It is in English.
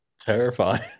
Terrifying